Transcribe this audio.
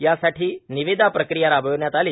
यासाठी निविदा प्रक्रिया राबविण्यात आली